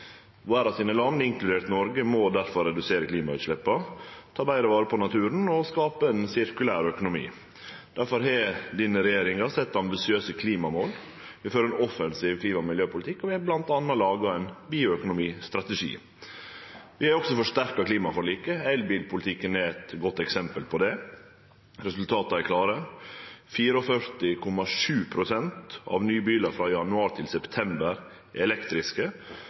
land, inkludert Noreg, må difor redusere klimautsleppa, ta betre vare på naturen og skape ein sirkulær økonomi. Difor har denne regjeringa sett seg ambisiøse klimamål. Vi fører ein offensiv klima- og miljøpolitikk, og vi har bl.a. laga ein bioøkonomistrategi. Vi har også forsterka klimaforliket – elbilpolitikken er eit godt eksempel på det. Resultata er klare. 44,7 pst. av nye bilar frå januar til september i år er elektriske,